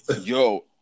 yo